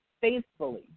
faithfully